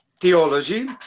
theology